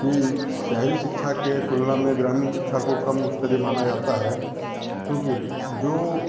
कि शहरी शिक्षा के तुलना में ग्रामीण शिक्षा को कम उच्च स्तरीय माना जाता है क्योंकि जो